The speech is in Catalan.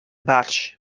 barx